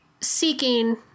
seeking